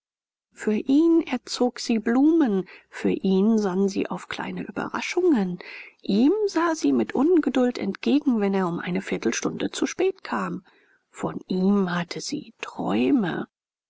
für ihn erzog sie blumen für ihn sann sie auf kleine überraschungen ihm sah sie mit ungeduld entgegen wenn er um eine viertelstunde zu spät kam von ihm hatte sie träume